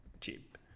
cheap